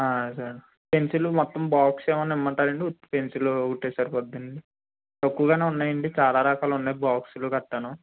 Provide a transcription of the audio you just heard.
సరే పెన్సిల్ మొత్తం బాక్స్ ఏమైనా ఇమ్మంటారా అండి ఉత్తి పెన్సిల్ ఒకటే సరిపోద్ది అండి తక్కువగానే ఉన్నాయా అండి చాలా రకాలు ఉన్నాయి బాక్సులు గట్టాను